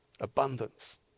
abundance